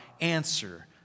answer